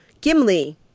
Gimli